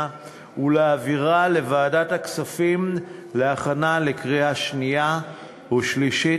ולהעבירה לוועדת הכספים להכנה לקריאה שנייה ושלישית.